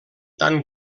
tant